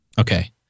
Okay